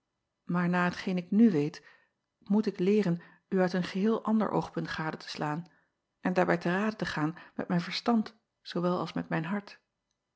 maar na hetgeen ik nu weet moet ik leeren u uit een geheel ander oogpunt gade te slaan en daarbij te rade gaan met mijn verstand zoowel als met mijn hart